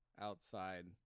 outside